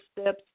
steps